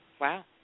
Wow